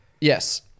Yes